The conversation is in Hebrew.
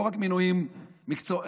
לא רק מינויים מקצועיים,